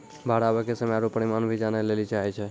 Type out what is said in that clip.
बाढ़ आवे के समय आरु परिमाण भी जाने लेली चाहेय छैय?